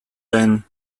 then